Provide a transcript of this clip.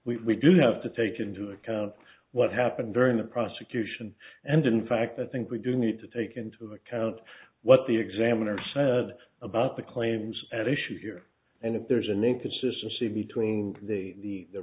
disclaimer we do have to take into account what happened during the prosecution and in fact i think we do need to take into account what the examiner said about the claims at issue here and if there's an inconsistency between the